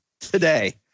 today